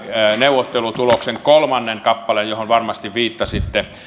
neuvottelutuloksen kolmannen kappaleen johon varmasti viittasitte